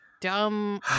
dumb